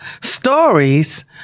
stories